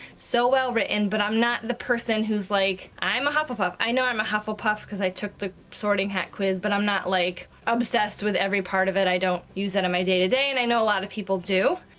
so wellwritten, but i'm not the person who's like, i'm a hufflepuff! i know i'm a hufflepuff cause i took the sorting hat quiz, but i'm not, like, obsessed with every part of it, i don't use it on my day-to-day, and i know a lot of people do.